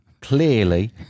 Clearly